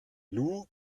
lou